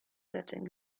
göttin